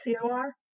COR